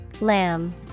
Lamb